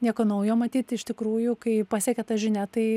nieko naujo matyt iš tikrųjų kai pasiekė ta žinia tai